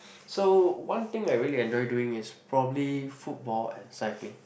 so one thing I really enjoy doing is probably football and cycling